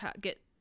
get